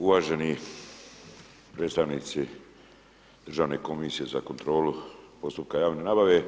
Uvaženi predstavnici Državne komisije za kontrolu postupka javne nabave,